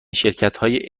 شرکتهای